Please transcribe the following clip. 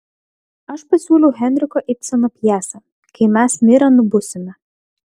aš pasiūliau henriko ibseno pjesę kai mes mirę nubusime